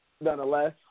Nonetheless